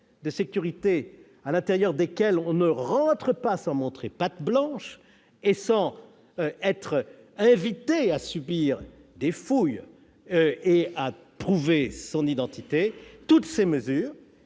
de sécurité à l'intérieur desquels on n'entre pas sans montrer patte blanche, sans être invité à subir des fouilles et à prouver son identité, toutes ces mesures